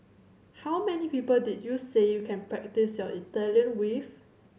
how many people did you say you can practise your Italian with